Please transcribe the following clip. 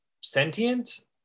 sentient